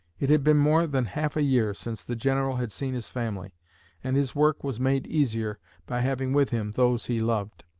it had been more than half a year since the general had seen his family and his work was made easier by having with him those he loved.